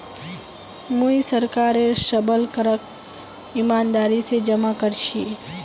मुई सरकारेर सबल करक ईमानदारी स जमा कर छी